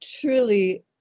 truly